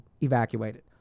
evacuated